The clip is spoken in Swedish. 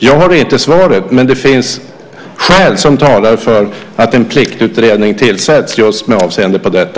Jag har inte svaret, men det finns skäl som talar för att en pliktutredning tillsätts just med avseende på detta.